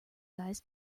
guys